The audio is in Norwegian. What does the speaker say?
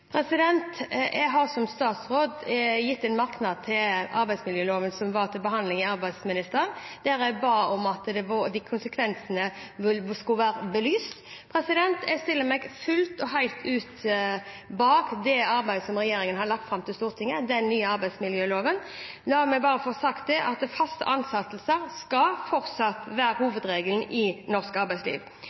gitt en merknad til arbeidsmiljøloven som da var til behandling hos arbeids- og sosialministeren, der jeg ba om at de konsekvensene skulle belyses. Jeg stiller meg fullt og helt bak det arbeidet som regjeringen har lagt fram for Stortinget med den nye arbeidsmiljøloven. La meg bare ha sagt det: Faste ansettelser skal fortsatt være hovedregelen i norsk arbeidsliv.